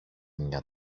μια